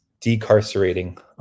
decarcerating